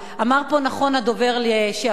אמר פה נכון הדובר הקודם,